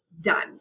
done